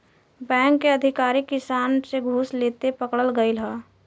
bank के अधिकारी किसान से घूस लेते पकड़ल गइल ह